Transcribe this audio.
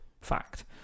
Fact